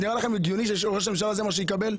נראה לכם הגיוני שראש הממשלה מקבל את זה?